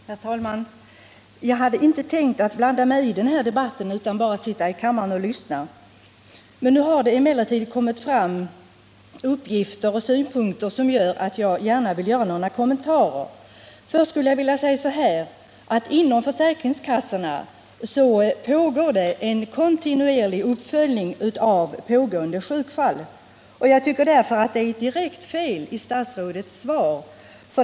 Herr talman! Jag hade inte tänkt blanda mig i denna debatt utan bara sitta i kammaren och lyssna. Nu har det emellertid kommit fram sådana uppgifter och synpunkter att jag gärna vill göra några kommentarer. Först skulle jag vilja säga att inom försäkringskassorna görs en kontinuerlig uppföljning av pågående sjukfall. Jag tycker därför att det är ett direkt fel i statsrådets svar.